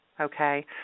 okay